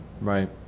Right